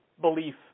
belief